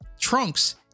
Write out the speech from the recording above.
Trunks